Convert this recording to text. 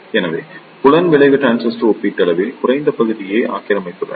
எனவே புலம் விளைவு டிரான்சிஸ்டர்கள் ஒப்பீட்டளவில் குறைந்த பகுதியை ஆக்கிரமித்துள்ளன